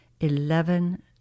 Eleven